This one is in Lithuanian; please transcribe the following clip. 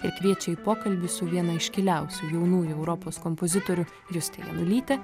ir kviečia į pokalbį su viena iškiliausių jaunųjų europos kompozitorių juste janulyte